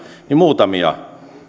muutamia